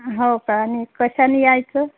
हो का आणि कशानी यायचं